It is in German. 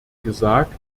gesagt